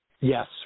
Yes